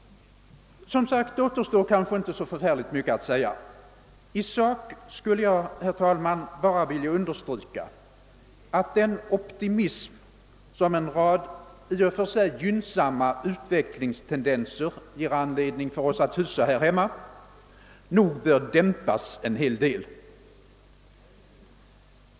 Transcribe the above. Som sagt återstår kanske inte så förfärligt mycket att anföra. I sak vill jag, herr talman, bara säga som min mening att den optimism, som en rad i och för sig gynnsamma <utvecklingstendenser ger oss anledning att hysa här hemma, nog bör dämpas en hel del.